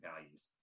values